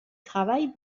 travaille